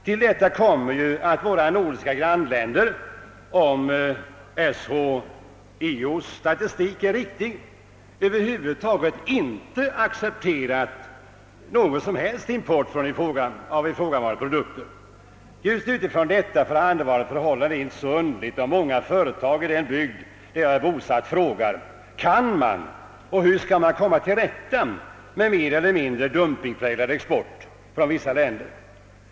Till detta kommer att våra nordiska grannländer, om SHIO:s statistik är riktig, över huvud taget inte accepterat någon som helst import av ifrågavarande produkter. Just utifrån detta förhållande sett är det inte så underligt om många företag i den bygd där jag är bosatt frågar hur man skall kunna komma till rätta med mer eller mindre dumpingpräglad export från vissa länder.